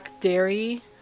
Dairy